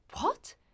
What